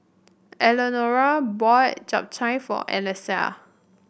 Elenora bought Japchae for Alesia